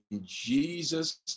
Jesus